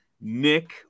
Nick